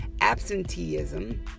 Absenteeism